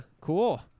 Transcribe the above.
cool